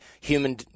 human